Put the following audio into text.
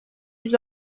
yüz